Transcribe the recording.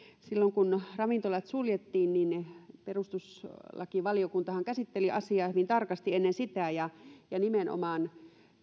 silloin kun ravintolat suljettiin niin niin perustuslakivaliokuntahan käsitteli asiaa hyvin tarkasti ennen sitä ja ja nimenomaan